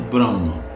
Brahma